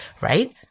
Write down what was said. right